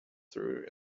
through